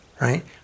right